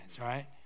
right